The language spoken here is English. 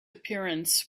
appearance